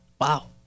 Wow